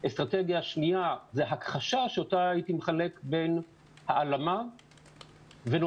אסטרטגיה שנייה הכחשה שאותה הייתי מחלק בין העלמה ונורמליזציה.